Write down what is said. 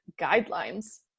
guidelines